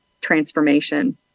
transformation